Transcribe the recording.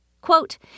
quote